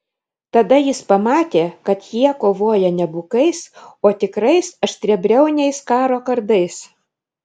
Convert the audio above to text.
tada jis pamatė kad jie kovoja ne bukais o tikrais aštriabriauniais karo kardais